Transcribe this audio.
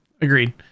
Agreed